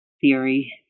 theory